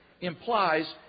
implies